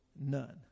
none